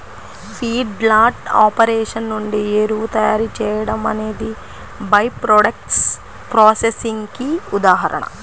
feedlot operation నుండి ఎరువు తయారీ చేయడం అనేది బై ప్రాడక్ట్స్ ప్రాసెసింగ్ కి ఉదాహరణ